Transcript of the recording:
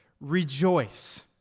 rejoice